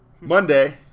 Monday